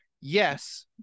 Yes